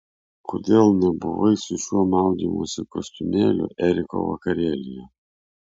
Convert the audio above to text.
kodėl nebuvai su šiuo maudymosi kostiumėliu eriko vakarėlyje